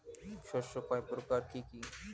শস্য কয় প্রকার কি কি?